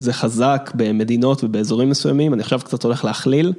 זה חזק במדינות ובאזורים מסוימים אני עכשיו קצת הולך להכליל.